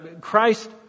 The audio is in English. Christ